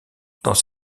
dans